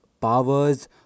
powers